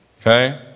Okay